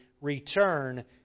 return